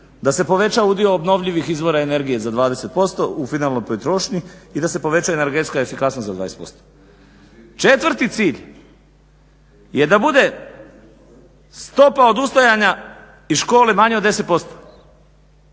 da se poveća udio obnovljivih izvora energije za 20% u finalnoj potrošnji i da se poveća energetska efikasnost za 20%. Četvrti cilj je da bude stopa odustajanja iz škole manje od 10%